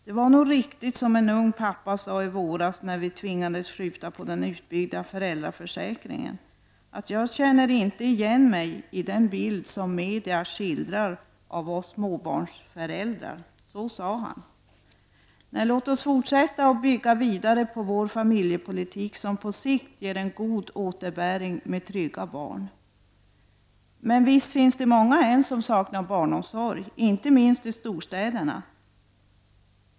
Det var nog riktigt som en ung pappa sade i våras när vi tvingades skjuta upp den utbyggda föräldraförsäkringen: ''Jag känner inte igen mig i den bild som media skildrar av oss småbarnsföräldrar.'' Låt oss fortsätta att bygga vidare på vår familjepolitik, som på sikt ger en god återbäring med trygga barn. Men visst finns det många än som saknar barnomsorg -- inte minst i storstäderna.